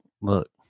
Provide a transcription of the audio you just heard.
look